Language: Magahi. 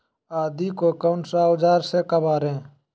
आदि को कौन सा औजार से काबरे?